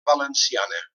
valenciana